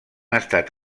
estat